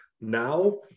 Now